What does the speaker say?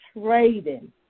trading